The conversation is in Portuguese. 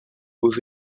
use